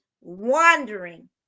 wandering